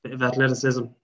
athleticism